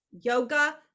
Yoga